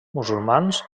musulmans